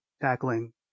tackling